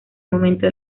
momento